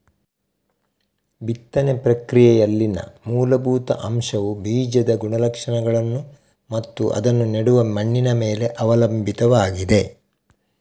ಬಿತ್ತನೆ ಪ್ರಕ್ರಿಯೆಯಲ್ಲಿನ ಮೂಲಭೂತ ಅಂಶವುಬೀಜದ ಗುಣಲಕ್ಷಣಗಳನ್ನು ಮತ್ತು ಅದನ್ನು ನೆಡುವ ಮಣ್ಣಿನ ಮೇಲೆ ಅವಲಂಬಿತವಾಗಿದೆ